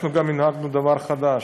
אנחנו גם הנהגנו דבר חדש: